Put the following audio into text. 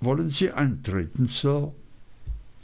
wollen sie eintreten sir